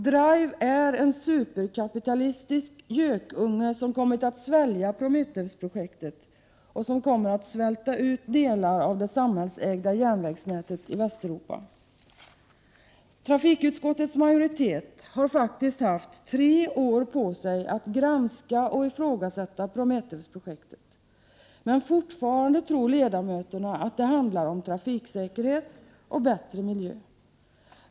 DRIVE är en superkapitalistisk gökunge som kommer att svälja Prometheus-projektet och svälta ut delar av det samhällsägda järnvägsnätet i Västeuropa. Trafikutskottets majoritet har haft tre år på sig att granska och ifrågasätta Prometheus-projektet. Men fortfarande tror ledamöterna att det handlar om trafiksäkerhet och bättre miljö.